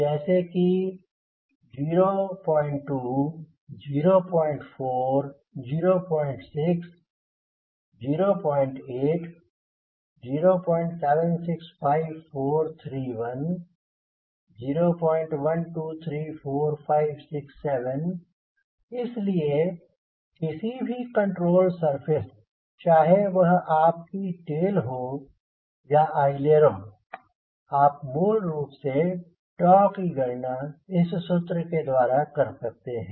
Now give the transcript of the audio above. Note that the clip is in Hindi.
जैसे कि 02 04 06 08 0765431 01234567 इस लिये किसी भी कंट्रोल सरफेस चाहे वह आपकी टेल हो या अइलेरों आप मूल रूप से की गणना इस सूत्र के द्वारा कर सकते हैं